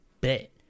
Bet